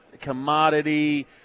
commodity